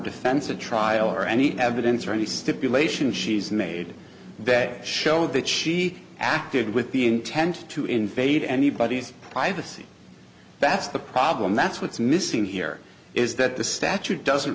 defense a trial or any evidence or any stipulation she's made that show that she acted with the intent to invade anybody's privacy that's the problem that's what's missing here is that the statute doesn't